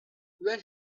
when